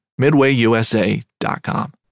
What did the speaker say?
midwayusa.com